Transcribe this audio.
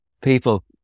people